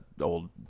old